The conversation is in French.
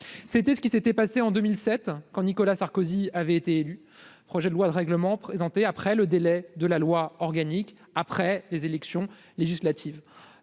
c'était ce qui s'était passé en 2007, quand Nicolas Sarkozy avait été élu, projet de loi de règlement présenté après le délai de la loi organique après les élections législatives,